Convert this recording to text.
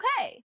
okay